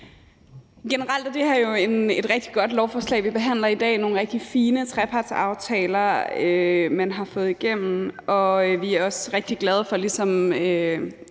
Generelt er det her jo et rigtig godt lovforslag, vi behandler i dag. Det er nogle rigtig fine trepartsaftaler, man har fået igennem, og vi er også rigtig glade for, ligesom